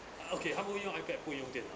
uh okay 她们用 iPad 不用电脑